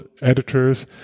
editors